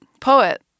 poet